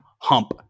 hump